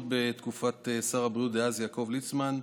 עוד בתקופת שר הבריאות דאז יעקב ליצמן,